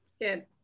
good